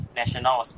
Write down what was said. National